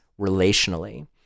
relationally